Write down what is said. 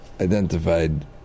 identified